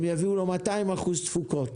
הם יביאו לו 200% תפוקות